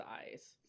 eyes